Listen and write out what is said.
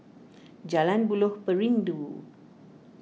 Jalan Buloh Perindu